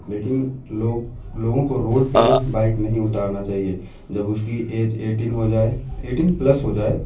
لیکن لوگ لوگوں کو روڈ پہ بائک نہیں اتارنا چاہیے جب اس کی ایج ایٹین ہو جائے ایٹین پلس ہو جائے